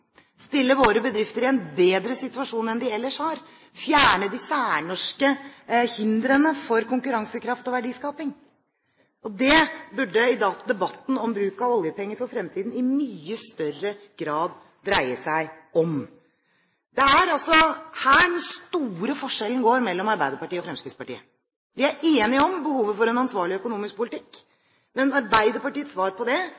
stille våre bedrifter i en bedre situasjon enn de ellers ville vært i, og fjerne de særnorske hindrene for konkurransekraft og verdiskaping. Det burde debatten om bruk av oljepenger i fremtiden i mye større grad dreie seg om. Det er her den store forskjellen mellom Arbeiderpartiet og Fremskrittspartiet er. Vi er enige om behovet for en ansvarlig økonomisk politikk. Arbeiderpartiets svar på